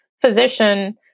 physician